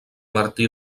martí